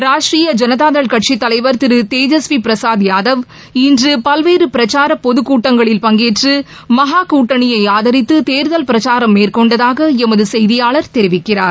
ராஷ்ட்ரீய ஜனதாதள் கட்சித் தலைவர் திரு தேஜஸ்வி பிரசாத் யாதவ் இன்று பல்வேறு பிரச்சார பொதக்கூட்டங்களில் பங்கேற்று மகா கூட்டணியை ஆதரித்து தேர்தல் பிரச்சாரம் மேற்கொண்டதாக எமது செய்தியாளர் தெரிவிக்கிறார்